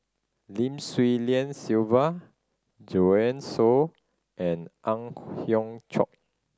Lim Swee Lian Sylvia Joanne Soo and Ang Hiong Chiok